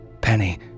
Penny